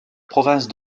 province